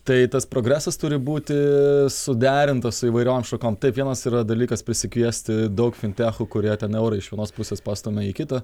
tai tas progresas turi būti suderintas su įvairiom šakom taip vienas yra dalykas prisikviesti daug fintechų kurie ten eurą iš vienos pusės pastumia į kitą